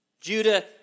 Judah